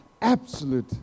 absolute